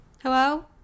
Hello